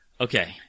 Okay